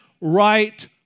right